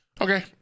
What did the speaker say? Okay